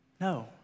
No